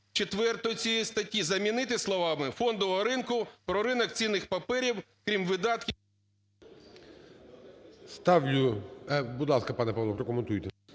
четвертою цієї статті" замінити словами "Фондового ринку про ринок цінних паперів, крім видатків…" ГОЛОВУЮЧИЙ. Ставлю… Будь ласка, пане Павло, прокоментуйте.